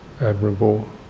admirable